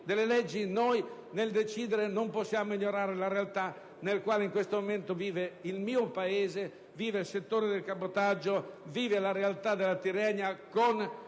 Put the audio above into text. delle leggi), nel decidere non possiamo ignorare la realtà nella quale in questo momento vivono il Paese, il settore del cabotaggio, la realtà della Tirrenia, con